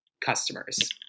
customers